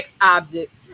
object